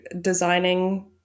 designing